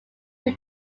who